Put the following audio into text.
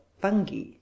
fungi